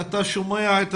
אתה שומע את